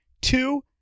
Two